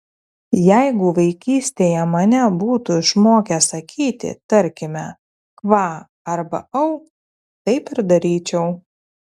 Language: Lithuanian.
jeigu vaikystėje mane būtų išmokę sakyti tarkime kva arba au taip ir daryčiau